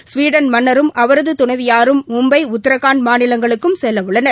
Sweden மன்னரும் அவரதுதுணைவியாரும் மும்பை உத்ரகாண்ட் மாநிலங்களுக்கும் செல்லவுள்ளனர்